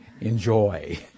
Enjoy